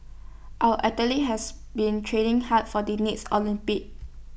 our athletes has been training hard for the next Olympics